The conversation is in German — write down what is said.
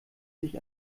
sich